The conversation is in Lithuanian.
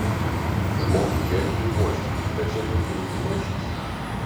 žmogui jeigu užvožčiau bet čia tik rugių maišas